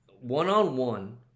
one-on-one